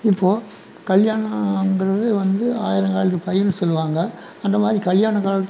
இப்போது கல்யாணன்றது வந்து ஆயிரங்காலத்து பயிர்னு சொல்வாங்க அந்த மாதிரி கல்யாணம் காலத்